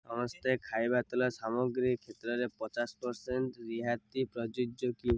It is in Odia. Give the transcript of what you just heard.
ସମସ୍ତ ଖାଇବା ତେଲ ସାମଗ୍ରୀ କ୍ଷେତ୍ରରେ ପଚାଶ ପରସେଣ୍ଟ ରିହାତି ପ୍ରଯୁଜ୍ୟ କି